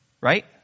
right